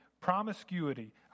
promiscuity